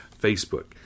Facebook